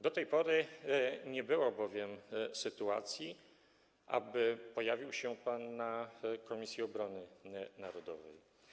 Do tej pory nie było bowiem sytuacji, aby pojawił się pan na posiedzeniu Komisji Obrony Narodowej.